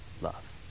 love